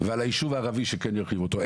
ועל היישוב הערבי שכן ירחיבו אותו.